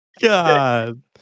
God